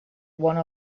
one